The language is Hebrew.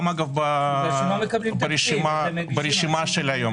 גם ברשימה של היום.